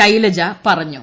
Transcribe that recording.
ശൈലജ പറഞ്ഞു